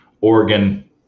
Oregon